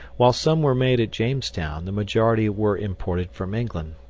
while some were made at jamestown, the majority were imported from england.